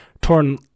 torn